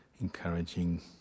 encouraging